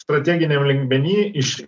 strateginiam lygmeny iš